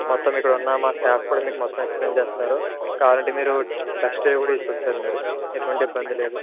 మొత్తం ఇక్కడున్న మా స్టాఫ్ కూడా మీకు మొత్తం ఎక్స్ప్లయిన్ చేస్తారు కావాలంటే మీరు టెస్ట్ డ్రైవ్ కూడా చేసుకోవచ్చు సార్ మీరు ఎటువంటి ఇబ్బంది లేదు